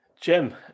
Jim